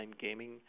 gaming